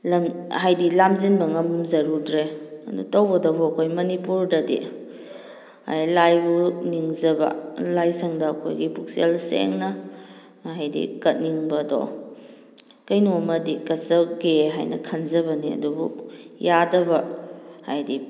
ꯍꯥꯏꯗꯤ ꯂꯥꯝꯖꯤꯟꯕ ꯉꯝꯖꯔꯨꯗ꯭ꯔꯦ ꯑꯗꯨ ꯇꯧꯕꯇꯕꯨ ꯑꯩꯈꯣꯏ ꯃꯅꯤꯄꯨꯔꯗꯗꯤ ꯂꯥꯏꯕꯨ ꯅꯤꯡꯖꯕ ꯂꯥꯏꯁꯪꯗ ꯑꯩꯈꯣꯏꯒꯤ ꯄꯨꯛꯆꯦꯜ ꯁꯦꯡꯅ ꯍꯥꯏꯗꯤ ꯀꯠꯅꯤꯡꯕꯗꯣ ꯀꯩꯅꯣꯃꯗꯤ ꯀꯠꯆꯒꯦ ꯍꯥꯏꯅ ꯈꯟꯖꯕꯅꯤ ꯑꯗꯨꯕꯨ ꯌꯥꯗꯕ ꯍꯥꯏꯗꯤ